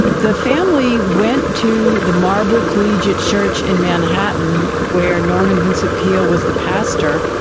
the family went to the marble collegiate church in manhattan where norman vincent peel was the pastor,